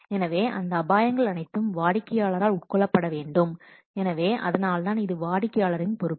எனவே அந்த அபாயங்கள் அனைத்தும் வாடிக்கையாளரால் உட்கொள்ளப் பட வேண்டும் எனவே அதனால்தான் இது வாடிக்கையாளர்களின் பொறுப்பு